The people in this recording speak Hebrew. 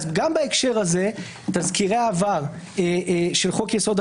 גם בהקשר הזה תזכירי העבר של חוק יסוד: